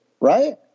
right